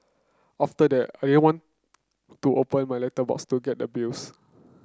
after that I didn't want to open my letterbox to get the bills